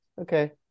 okay